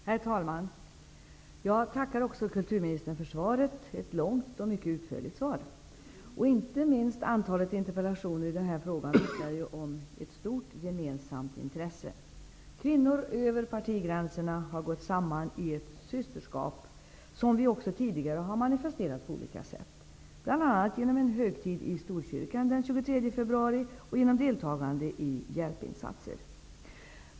Herr talman! Jag tackar också kulturministern för svaret, som är långt och utförligt. Inte minst antalet interpellationer vittnar om ett stort gemensamt intresse. Kvinnor över partigränserna har gått samman i ett systerskap, som vi tidigare har manifesterat på olika sätt, bl.a. genom en högtid i Storkyrkan den 23 februari och genom deltagande i hjälpinsatser.